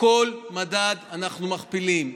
בכל מדד אנחנו מכפילים.